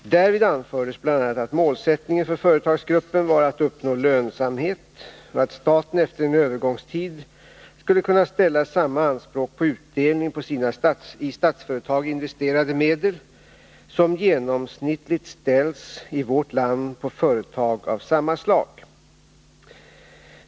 Därvid anfördes bl.a. att målsättningen för företagsgruppen var att uppnå lönsamhet, och att staten efter en övergångstid skulle kunna ställa samma anspråk på utdelning på sina i Statsföretag investerade medel som genomsnittligt ställs i vårt land på företag av samma slag.